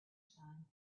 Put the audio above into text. son